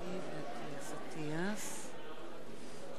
הצעת חוק-יסוד: